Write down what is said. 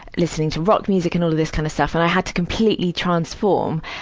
listening to rock music and all of this kind of stuff. and i had to completely transform,